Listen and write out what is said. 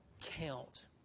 count